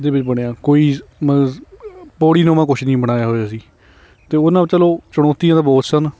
ਦੇ ਵੀ ਬਣਿਆ ਕੋਈ ਮਤਲਬ ਪੌੜੀਨੁਮਾ ਕੁਛ ਨਹੀਂ ਬਣਾਇਆ ਹੋਇਆ ਸੀ ਅਤੇ ਉਹਨਾਂ ਚਲੋ ਚੁਣੌਤੀਆਂ ਤਾਂ ਬਹੁਤ ਸਨ